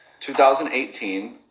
2018